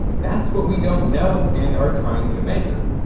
that's what we don't know and are trying to measure.